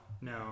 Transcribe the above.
no